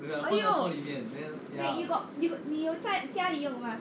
you got you got 在家里用吗